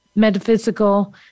metaphysical